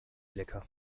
lecker